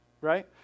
Right